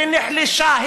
היא נחלשה,